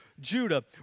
Judah